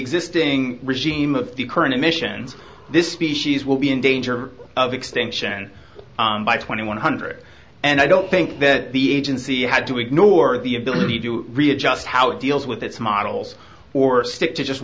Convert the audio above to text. existing regime of the current emissions this species will be in danger of extinction by twenty one hundred and i don't think that the agency had to ignore the ability to readjust how it deals with its models or stick to just